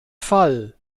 fall